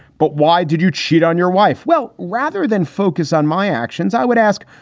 but why did you cheat on your wife? well, rather than focus on my actions, i would ask,